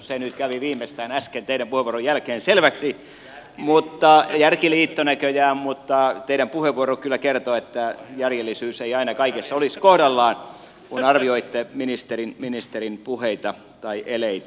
se nyt kävi viimeistään äsken teidän puheenvuoronne jälkeen selväksi järkiliitto näköjään mutta teidän puheenvuoronne kyllä kertoo että järjellisyys ei aina kaikessa olisi kohdallaan kun arvioitte ministerin puheita tai eleitä